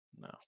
No